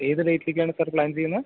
ഏത് ഡേറ്റിലേക്കാണ് sir plan ചെയ്യുന്നത്